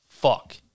fuck